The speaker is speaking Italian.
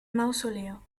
mausoleo